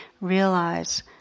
realize